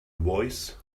voice